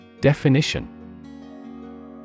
Definition